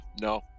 no